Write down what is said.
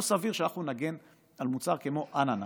לא סביר שאנחנו נגן על מוצר כמו אננס,